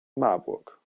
marburg